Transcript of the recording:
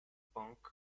pong